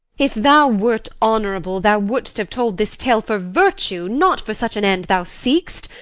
if thou wert honourable, thou wouldst have told this tale for virtue, not for such an end thou seek'st,